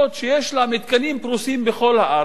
שיש לה מתקנים פרוסים בכל הארץ,